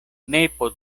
nepo